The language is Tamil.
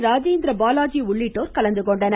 ராஜேந்திர பாலாஜி உள்ளிட்டோர் கலந்துகொண்டனர்